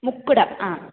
മുക്കുട ആ